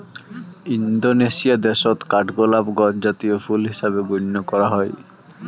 Indonesia দ্যাশত কাঠগোলাপ গছ জাতীয় ফুল হিসাবে গইণ্য করাং হই